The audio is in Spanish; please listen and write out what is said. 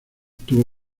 tuvo